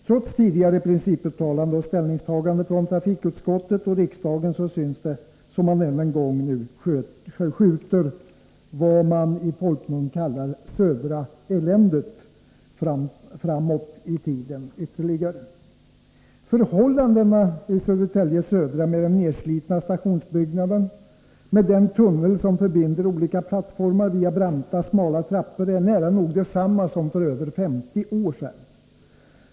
Trots tidigare principuttalanden och ställningstaganden från trafikutskottet och riksdagen, synes det som om man än en gång nu skjuter lösningen av vad man i folkmun kallar ”Södra-eländet” ytterligare framåt i tiden. Förhållandena vid Södertälje Södra, med den nedslitna stationsbyggnaden och den tunnel som förbinder olika plattformar via branta, smala trappor, är nära nog desamma som för över 50 år sedan.